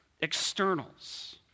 externals